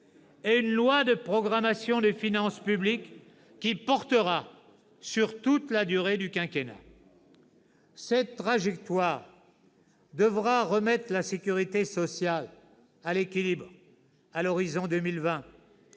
et une loi de programmation des finances publiques qui portera sur toute la durée du quinquennat. « Cette trajectoire devra remettre la sécurité sociale à l'équilibre à l'horizon 2020.